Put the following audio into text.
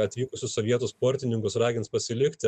atvykusius sovietų sportininkus ragins pasilikti